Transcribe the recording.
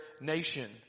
nation